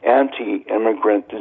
anti-immigrant